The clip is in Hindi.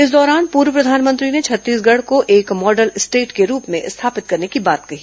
इस दौरान पूर्व प्रधानमंत्री ने छत्तीसगढ को एक मॉडल स्टेट के रूप में स्थापित करने की बात कही